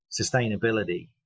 sustainability